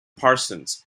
parsons